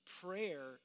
prayer